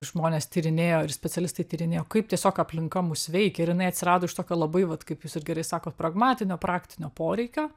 žmonės tyrinėjo ir specialistai tyrinėjo kaip tiesiog aplinka mus veikia ir jinai atsirado iš tokio labai vat kaip jūs ir gerai sakot pragmatinio praktinio poreikio